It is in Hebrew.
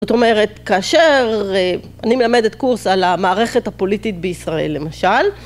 זאת אומרת, כאשר, אני מלמדת קורס על המערכת הפוליטית בישראל למשל,